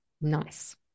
nice